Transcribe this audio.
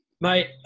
Mate